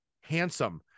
handsome